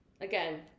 again